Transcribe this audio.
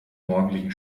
morgendlichen